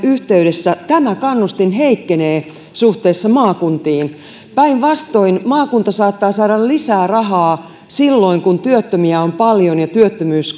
yhteydessä tämä kannustin heikkenee suhteessa maakuntiin päinvastoin maakunta saattaa saada lisää rahaa silloin kun työttömiä on paljon ja työttömyys